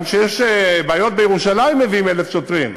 גם כשיש בעיות בירושלים מביאים 1,000 שוטרים.